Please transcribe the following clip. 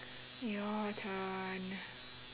your turn